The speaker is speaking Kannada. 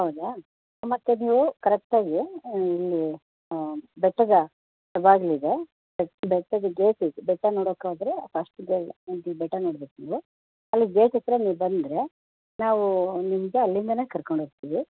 ಹೌದಾ ಮತ್ತು ನೀವು ಕರೆಕ್ಟಾಗಿ ಇಲ್ಲಿ ಬೆಟ್ಟದ ಹೆಬ್ಬಾಗ್ಲು ಇದೆ ಬೆಟ್ಟ ಬೆಟ್ಟದ ಗೇಟ್ ಇದು ಬೆಟ್ಟ ನೋಡೋಕ್ಕೆ ಹೋದ್ರೆ ಫಸ್ಟ್ ಬೆಟ್ಟ ನೋಡ್ಬೇಕು ನೀವು ಅಲ್ಲಿ ಗೇಟ್ ಹತ್ತಿರ ನೀವು ಬಂದರೆ ನಾವು ನಿಮಗೆ ಅಲ್ಲಿಂದಲೇ ಕರ್ಕೊಂಡು ಹೋಗ್ತಿವಿ